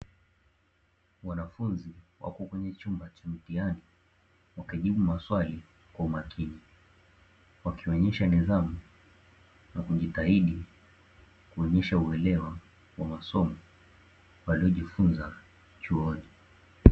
Wanafunzi wako kwenye chumba cha mtihani wakijibu maswali kwa umakini, wakionyesha nidhamu na kujitahidi kuonyesha uelewa wa masomo waliyojifunza chuoni.